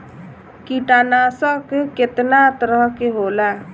कीटनाशक केतना तरह के होला?